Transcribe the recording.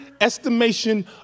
estimation